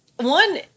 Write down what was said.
One